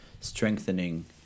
strengthening